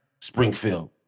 Springfield